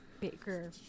Baker